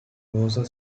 closer